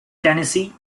tennessee